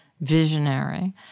visionary